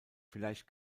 vielleicht